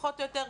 פחות או יותר,